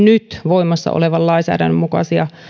nyt voimassa olevan lainsäädännön mukaisia